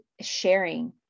sharing